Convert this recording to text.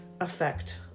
effect